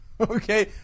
Okay